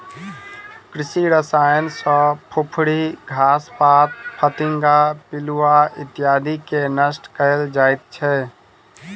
कृषि रसायन सॅ फुफरी, घास पात, फतिंगा, पिलुआ इत्यादिके नष्ट कयल जाइत छै